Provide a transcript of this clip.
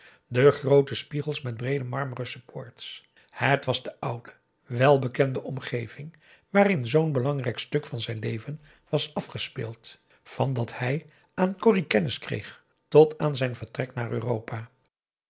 de groote spiegels met breede marmeren supports het was de oude welbekende omgeving waarin zoo'n belangrijk stuk van zijn leven was afgep a daum hoe hij raad van indië werd onder ps maurits speeld van dat hij aan corrie kennis kreeg tot aan zijn vertrek naar europa